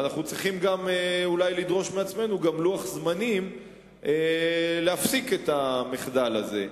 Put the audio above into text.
ואנחנו צריכים אולי גם לדרוש מעצמנו לוח זמנים להפסיק את המחדל הזה.